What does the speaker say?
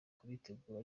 kubitegura